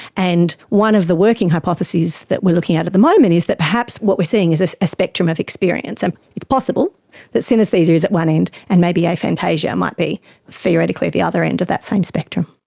and one of the working hypotheses that we're looking at at the moment is that perhaps what we're seeing is a spectrum of experience. and it's possible that synaesthesia is at one end and maybe aphantasia might be theoretically the other end of that same spectrum.